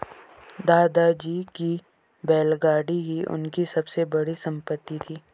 दादाजी की बैलगाड़ी ही उनकी सबसे बड़ी संपत्ति थी